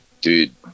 dude